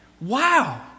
Wow